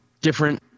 different